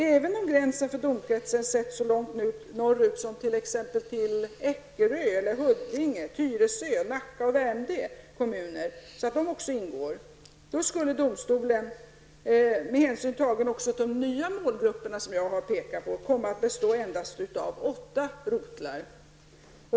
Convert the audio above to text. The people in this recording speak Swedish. Även om gränsen för domkretsen sätts så långt norrut att exempelvis också Ekerö, Huddinge, Tyresö, Nacka och Värmdö kommuner ingår, skulle domstolen -- med hänsyn tagen även till de nya målgrupper jag har pekat på -- komma att bestå endast av åtta rotlar.